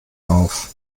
auf